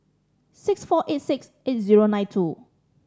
six four eight six eight zero nine two